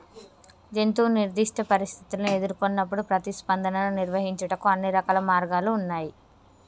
జంతువు నిర్దిష్ట పరిస్థితుల్ని ఎదురుకొన్నప్పుడు ప్రతిస్పందనను నిర్వహించుటకు అన్ని రకాల మార్గాలు ఉన్నాయి